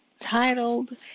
titled